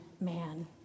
man